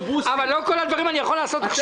אבל לא את כל הדברים אני יכול לעשות עכשיו.